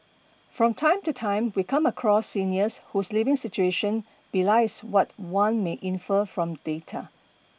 from time to time we come across seniors whose living situation belies what one may infer from data